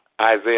Isaiah